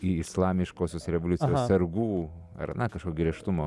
islamiškosios revoliucijos sargų ar na kažkokio griežtumo